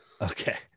Okay